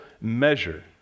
measure